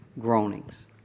groanings